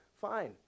fine